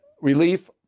relief